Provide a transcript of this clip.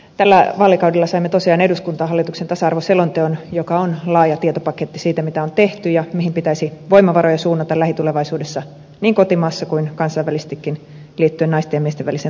tällä vaalikaudella saimme tosiaan eduskuntaan hallituksen tasa arvoselonteon joka on laaja tietopaketti siitä mitä on tehty ja mihin pitäisi voimavaroja suunnata lähitulevaisuudessa niin kotimaassa kuin kansainvälisestikin liittyen naisten ja miesten väliseen tasa arvoon